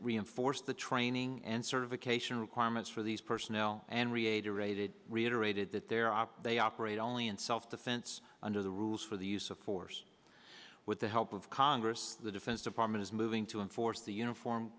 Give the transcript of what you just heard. reinforced the training and certification requirements for these personnel and radiator rated reiterated that there are they operate only in self defense under the rules for the use of force with the help of congress the defense department is moving to enforce the uniform